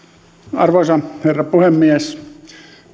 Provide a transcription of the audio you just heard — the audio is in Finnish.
arvoisa herra puhemies